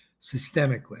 systemically